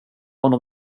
honom